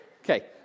Okay